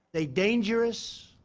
a dangerous,